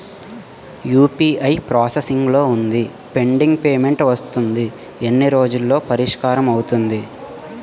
UPI process లో వుంది pending payment వస్తుంది ఎన్ని రోజుల్లో పరిష్కారం అవుతుంది